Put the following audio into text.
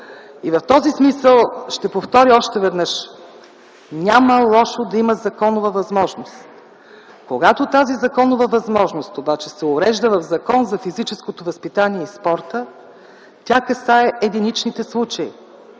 В този смисъл ще повторя още веднъж – няма лошо да има законова възможност. Когато обаче тази законова възможност се урежда в Закона за физическото възпитание и спорта, тя касае единични случаи,